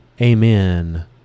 Amen